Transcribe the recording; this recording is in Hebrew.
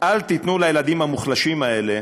אל תיתנו לילדים המוחלשים האלה